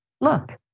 Look